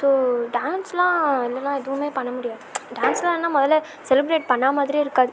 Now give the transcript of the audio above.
so dance எல்லாம் இல்லைன்னா எதுவுமே பண்ண முடியாது டான்ஸ் எல்லாம் இல்லைனா முதல்ல செலிப்ரேட் பண்ண மாதிரியே இருக்காது